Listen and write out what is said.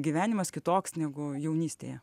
gyvenimas kitoks negu jaunystėje